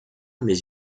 mais